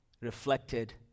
reflected